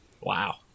Wow